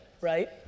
right